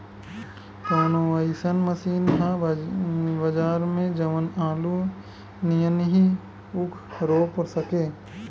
कवनो अइसन मशीन ह बजार में जवन आलू नियनही ऊख रोप सके?